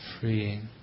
freeing